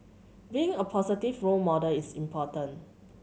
being a positive role model is important